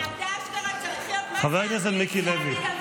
אתה צריך להיות מה זה אמיץ להגיד דבר